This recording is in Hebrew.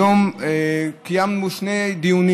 היום קיימנו שני דיונים.